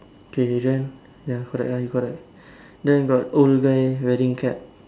okay this one ya correct ah you correct then got old guy wearing cap